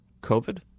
COVID